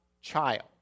child